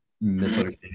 misunderstanding